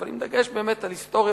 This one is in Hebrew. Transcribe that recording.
אבל עם דגש באמת על היסטוריה,